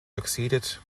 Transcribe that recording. succeeded